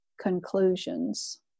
conclusions